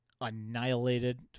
annihilated